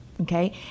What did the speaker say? Okay